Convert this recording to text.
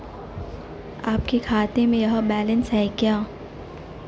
आपके खाते में यह बैलेंस है क्या?